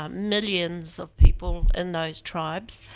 um millions of people in those tribes.